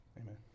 Amen